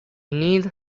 need